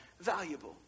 valuable